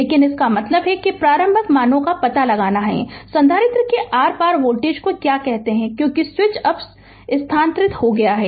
लेकिन इसका मतलब है कि प्रारंभिक मानो का पता लगाना है संधारित्र के आर पार वोल्टेज को क्या कहते हैं क्योंकि स्विच अब स्थानांतरित हो गया है